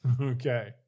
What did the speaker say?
Okay